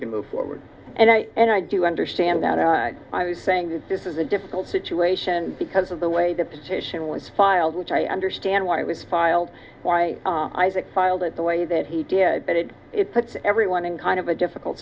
can move forward and i do understand that i was saying that this is a difficult situation because of the way the petition was filed which i understand why it was filed why isaac filed it the way that he did but it puts everyone in kind of a difficult